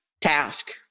task